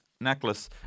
necklace